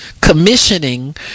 commissioning